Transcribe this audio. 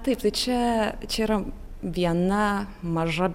taip tai čia čia yra viena maža